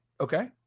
okay